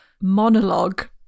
monologue